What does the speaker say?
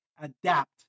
adapt